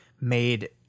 made